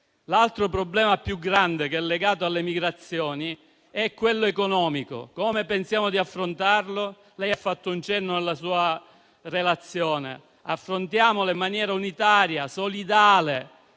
L'altra grande questione legata alle migrazioni è quella economica. Come pensiamo di affrontarla? Lei ha fatto un cenno nella sua relazione. Affrontiamola in maniera unitaria e solidale,